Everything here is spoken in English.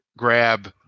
Grab